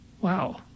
Wow